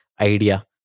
idea